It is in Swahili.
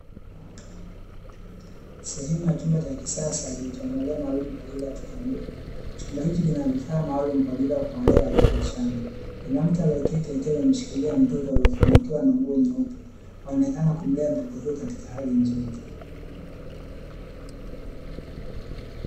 Sehemu ya chumba cha kisasa kilichoandaliwa maalumu kwa ajili ya watoto wadogo. Chumba hichi kina vifaa maalumu kwa ajili ya kuwalea watoto wachanga. Mwanamke aliyeketi akiwa amemshikilia mtoto alofunikiwa na nguo nyeupe anaonekana kumlea mtoto huyo katika hali nzuri.